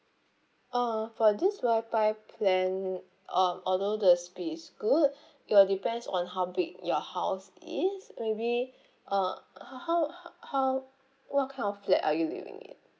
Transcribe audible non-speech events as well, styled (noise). uh for this wi-fi plan um although the speed is good (breath) it will depends on how big your house is maybe (breath) uh uh how how what kind of flat are you living in